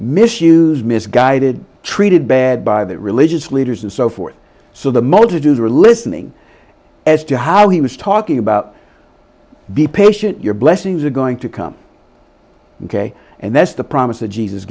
misused misguided treated bad by their religious leaders and so forth so the multitudes who are listening as to how he was talking about be patient your blessings are going to come ok and that's the promise